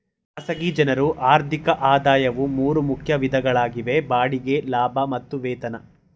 ಖಾಸಗಿ ಜನ್ರು ಆರ್ಥಿಕ ಆದಾಯವು ಮೂರು ಮುಖ್ಯ ವಿಧಗಳಾಗಿವೆ ಬಾಡಿಗೆ ಲಾಭ ಮತ್ತು ವೇತನ